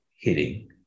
hitting